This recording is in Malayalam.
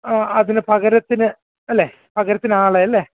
ആ അതിന് പകരത്തിന് അല്ലേ പകരത്തിന് ആളെ അല്ലേ